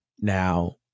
Now